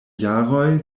jaroj